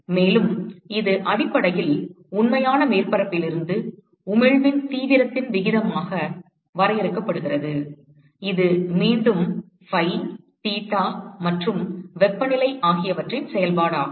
மேலும் இது அடிப்படையில் உண்மையான மேற்பரப்பிலிருந்து உமிழ்வின் தீவிரத்தின் விகிதமாக வரையறுக்கப்படுகிறது இது மீண்டும் ஃபை தீட்டா மற்றும் வெப்பநிலை ஆகியவற்றின் செயல்பாடாகும்